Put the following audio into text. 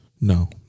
No